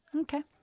Okay